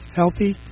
healthy